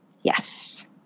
yes